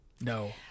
no